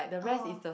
oh